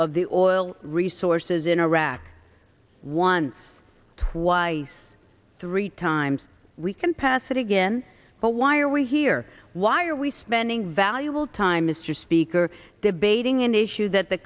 of the oil resources in iraq once twice three times we can pass it again but why are we here why are we spending valuable time mr speaker debating an issue that the